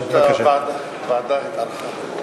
פשוט הישיבה של ועדת החינוך התארכה.